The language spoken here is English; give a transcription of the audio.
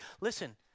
Listen